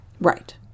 right